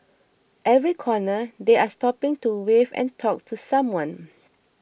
every corner they are stopping to wave and talk to someone